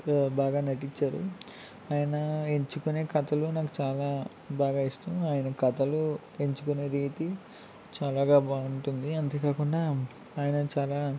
బాగా నటించారు ఆయన ఎంచుకునే కథలు నాకు చాలా బాగా ఇష్టం ఆయన కథలు ఎంచుకునే రీతి చాలాగా బాగుంటుంది అంతేకాకుండా ఆయన చాలా